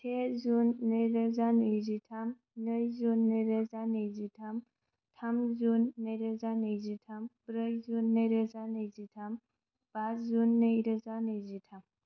से जुन नैरोजा नैजिथाम नै जुन नैरोजा नैजिथाम थाम जुन नैरोजा नैजिथाम ब्रै जुन नैरोजा नैजिथाम बा जुन नैरोजा नैजिथाम